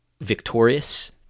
victorious